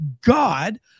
God